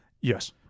Yes